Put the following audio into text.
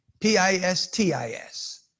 P-I-S-T-I-S